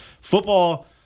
Football –